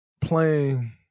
playing